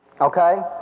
okay